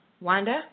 Wanda